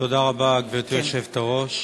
תודה רבה, גברתי היושבת-ראש.